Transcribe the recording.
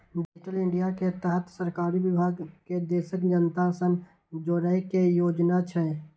digital India के तहत सरकारी विभाग कें देशक जनता सं जोड़ै के योजना छै